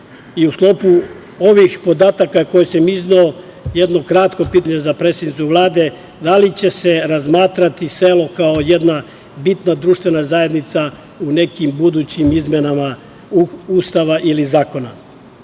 U sklopu ovih podataka koje sam izneo, jedno kratko pitanje za predsednicu Vlade, da li će se razmatrati selo kao jedna bitna društvena zajednica u nekim budućim izmenama Ustava ili zakona? Na